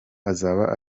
azaba